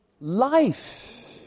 life